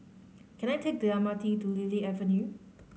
can I take the M R T to Lily Avenue